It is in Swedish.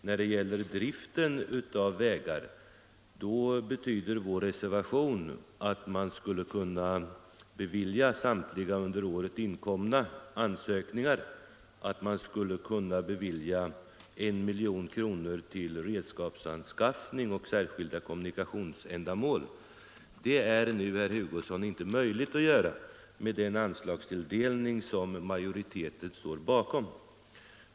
När det gäller driften av vägar betyder vår reservation att man skulle kunna bevilja samtliga under året inkomna ansökningar och att man skulle kunna bevilja 1 milj.kr. till redskapsanskaffning och särskilda kommunikationsändamål. Det är nu, herr Hugosson, inte möjligt att göra det med den anslagstilldelning som majoriteten står bakom.